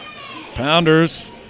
Pounders